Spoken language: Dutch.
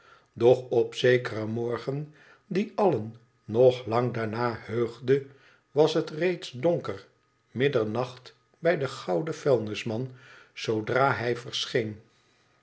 doch op zekeren morgen die allen nog lang daarna heugde was het reeds donker middernacht bij den gouden vuilnisman zoodra hij verscheen